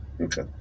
Okay